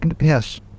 Yes